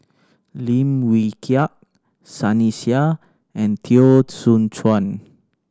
Lim Wee Kiak Sunny Sia and Teo Soon Chuan